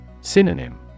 Synonym